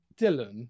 Dylan